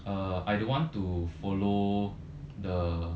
uh I don't want to follow the